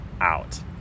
out